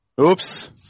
Oops